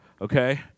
okay